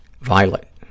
Violet